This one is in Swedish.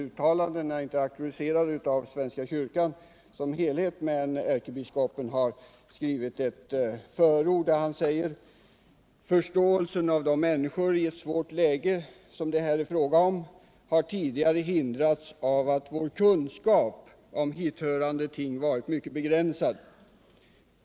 Uttalandena är inte auktoriserade av svenska kyrkan, men ärkebiskopen har skrivit ett förord där det bl.a. heter: ”Förståelsen av de människor i ett svårt läge, som det här är fråga om, har tidigare hindrats av att vår kunskap om hithörande ting varit mycket begränsad.